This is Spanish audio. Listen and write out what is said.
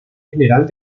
general